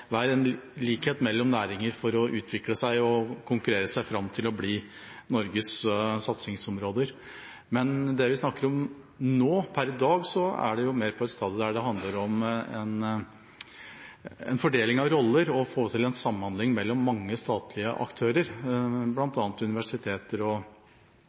være likhet mellom næringer når det gjelder å utvikle seg og konkurrere seg fram til å bli Norges satsingsområder. Men med tanke på det vi snakker om nå, er det jo per i dag mer på et stadium der det handler om en fordeling av roller og å få til en samhandling mellom mange statlige aktører – bl.a. universiteter og